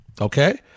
okay